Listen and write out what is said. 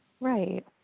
Right